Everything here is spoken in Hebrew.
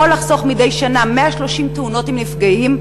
יכול לחסוך מדי שנה 130 תאונות עם נפגעים,